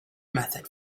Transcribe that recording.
method